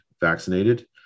vaccinated